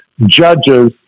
judges